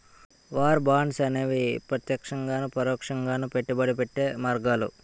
war bonds అనేవి ప్రత్యక్షంగాను పరోక్షంగాను పెట్టుబడి పెట్టే మార్గాలు